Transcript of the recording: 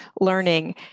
learning